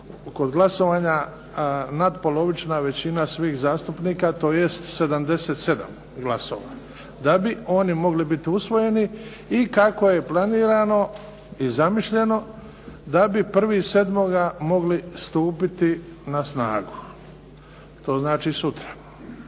kod glasovanja natpolovična većina svih zastupnika, tj. 77 glasova, da bi oni mogli biti usvojeni. I kako je planirano i zamišljeno da bi 1. 7. mogli stupiti na snagu, to znači sutra.